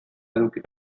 eduki